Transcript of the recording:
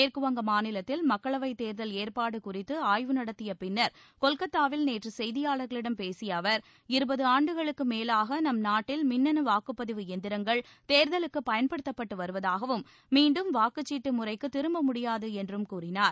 மேற்குவங்க மாநிலத்தில் மக்களவை தேர்தல் ஏற்பாடு குறித்து ஆய்வு நடத்தியபின்னர் கொல்கத்தாவில் நேற்று செய்தியாளர்களிடம் பேசிய அவர் இருபது ஆண்டுகளுக்கு மேலாக நம் நாட்டில் மின்னனு வாக்குப்பதிவு எந்திரங்கள் தேர்தலுக்கு பயன்படுத்தப்பட்டு வருவதாகவும் மீண்டும் வாக்குச்சீட்டு முறைக்கு திரும்ப முடியாது என்றும் கூறினார்